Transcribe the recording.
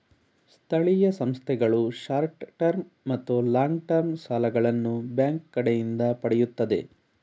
ಸ್ಥಳೀಯ ಸಂಸ್ಥೆಗಳು short term ಮತ್ತು ಲಾಂಗ್ ಟರ್ಮ್ ಸಾಲಗಳನ್ನು ಬ್ಯಾಂಕ್ ಕಡೆಯಿಂದ ಪಡೆಯುತ್ತದೆ